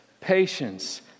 patience